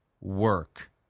work